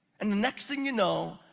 and the next thing you know,